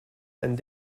and